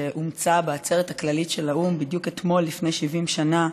שאומצה בעצרת הכללית של האו"ם בדיוק אתמול לפני 70 שנה,